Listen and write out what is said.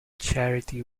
charity